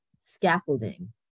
scaffolding